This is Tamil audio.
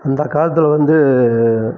அந்த காலத்தில் வந்து